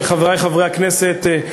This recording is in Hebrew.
חברי חברי הכנסת,